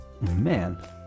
Man